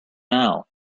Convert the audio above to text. now